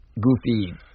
goofy